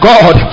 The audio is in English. God